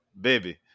baby